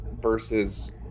versus